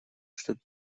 что